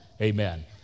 amen